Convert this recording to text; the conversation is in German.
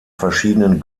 verschiedenen